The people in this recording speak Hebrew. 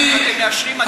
אתם עושים משהו.